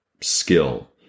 skill